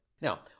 Now